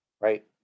right